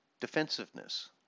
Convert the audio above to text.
Defensiveness